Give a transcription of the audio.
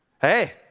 Hey